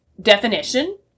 definition